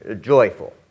joyful